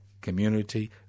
community